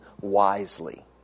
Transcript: wisely